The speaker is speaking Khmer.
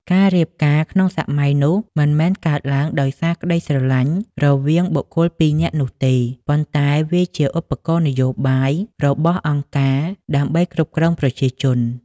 ការរៀបការក្នុងសម័យនោះមិនមែនកើតឡើងដោយសារក្តីស្រឡាញ់រវាងបុគ្គលពីរនាក់នោះទេ ប៉ុន្តែវាជាឧបករណ៍នយោបាយរបស់អង្គការដើម្បីគ្រប់គ្រងប្រជាជន។